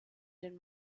den